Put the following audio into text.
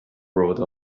brought